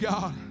God